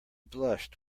blushed